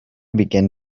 began